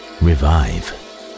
revive